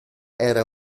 era